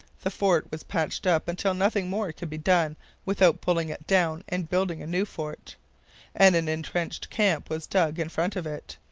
the fort was patched up until nothing more could be done without pulling it down and building a new fort and an entrenched camp was dug in front of it.